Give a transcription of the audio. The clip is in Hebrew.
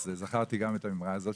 אז זכרתי גם את האמרה הזאת.